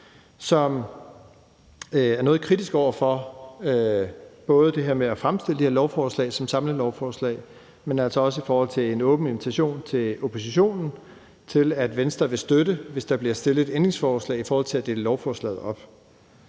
som er noget kritisk over for både det her med at fremsætte de her lovforslag som samlelovforslag, men altså også over for en åben invitation til oppositionen om, at Venstre vil støtte, hvis der bliver stillet et ændringsforslag om at dele lovforslaget op.